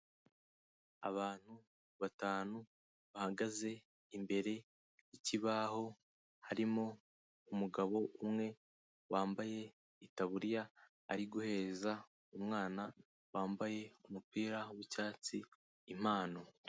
Abantu batanu bahagaze imbere y'ikibaho, harimo umugabo umwe wambaye itaburiya, ari guhereza umwana wambaye umupira w'icyatsi impano.